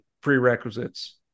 prerequisites